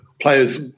players